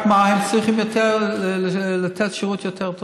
רק מה, הם צריכים לתת שירות יותר טוב,